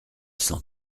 cent